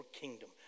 kingdom